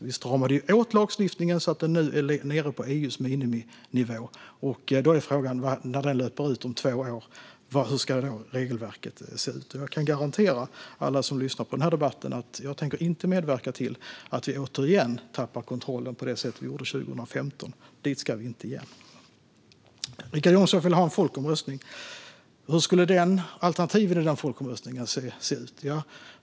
Vi stramade ju åt lagstiftningen så att den nu är nere på EU:s miniminivå. Frågan är hur regelverket ska se ut när lagstiftningen löper ut om två år. Jag kan garantera alla som lyssnar på denna debatt att jag inte tänker medverka till att vi återigen tappar kontrollen på det sätt vi gjorde 2015. Dit ska vi inte igen. Richard Jomshof vill ha en folkomröstning. Hur skulle alternativen i den folkomröstningen se ut?